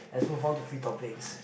as move on to free topics